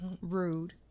Rude